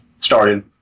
started